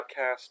podcast